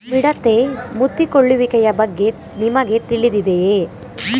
ಮಿಡತೆ ಮುತ್ತಿಕೊಳ್ಳುವಿಕೆಯ ಬಗ್ಗೆ ನಿಮಗೆ ತಿಳಿದಿದೆಯೇ?